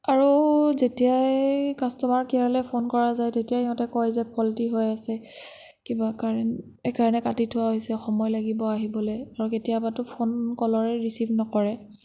আৰু যেতিয়াই কাষ্ট'মাৰ কেয়াৰলৈ ফোন কৰা যায় তেতিয়াই সিহঁতে কয় যে ফল্টি হৈ আছে কিবা কাৰেণ্ট সেইকাৰণে কাটি থোৱা হৈছে সময় লাগিব আহিবলৈ আৰু কেতিয়াবাতো ফোন কলৰে ৰিচিভ নকৰে